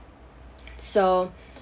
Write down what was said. so